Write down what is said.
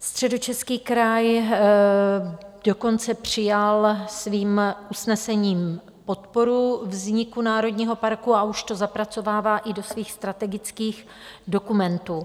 Středočeský kraj dokonce přijal svým usnesením podporu vzniku národního parku a už to zapracovává i do svých strategických dokumentů.